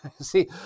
See